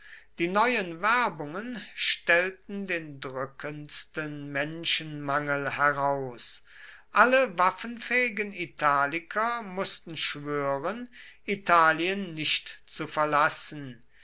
die neuen werbungen stellten den drückendsten menschenmangel heraus alle waffenfähigen italiker mußten schwören italien nicht zu verlassen